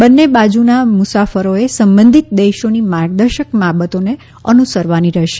બંને બાજુના મુસાફરોએ સંબંધિત દેશોની માર્ગદર્શક બાબતોને અનુસરવાની રહેશે